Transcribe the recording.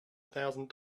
thousand